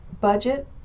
budget